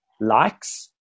likes